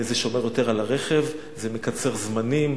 זה שומר יותר על הרכב, זה מקצר זמנים.